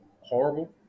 horrible